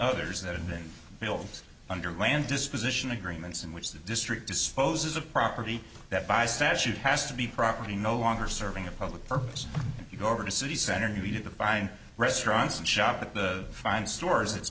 others that have been built under land disposition agreements in which the district disposes of property that by statute has to be property no longer serving a public purpose if you go over to city center you do the fine restaurants and shop at the fine stores it's